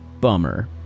Bummer